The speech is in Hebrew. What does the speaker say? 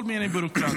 כל מיני ביורוקרטיות.